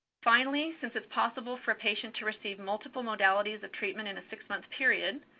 finally, since it's possible for a patient to receive multiple modalities of treatment in a six-month period,